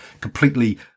completely